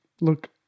Look